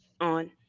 on